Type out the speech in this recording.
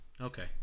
Okay